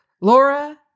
laura